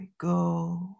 go